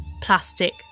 plastic